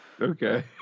Okay